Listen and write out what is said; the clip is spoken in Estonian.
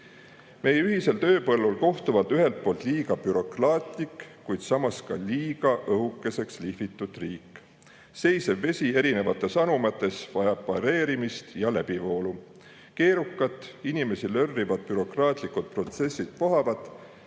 Meie ühisel tööpõllul kohtuvad ühelt poolt liiga bürokraatlik, kuid samas ka liiga õhukeseks lihvitud riik. Seisev vesi erinevates anumates vajab pareerimist ja läbivoolu. Keerukad, inimesi nörritavad bürokraatlikud protsessid vohavad,